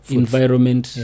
environment